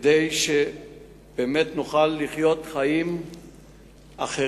כדי שבאמת נוכל לחיות חיים אחרים,